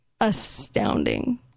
astounding